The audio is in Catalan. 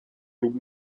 club